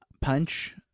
punch